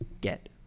get